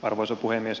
arvoisa puhemies